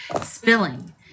spilling